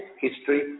history